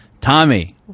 Tommy